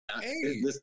hey